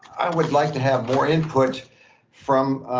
i would like to have more input from,